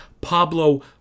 Pablo